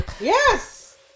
Yes